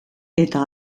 eta